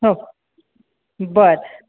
हो बरं